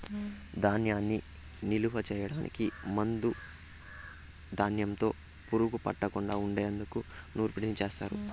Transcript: ధాన్యాన్ని నిలువ చేయటానికి ముందు ధాన్యంలో పురుగు పట్టకుండా ఉండేందుకు నూర్పిడిని చేస్తారు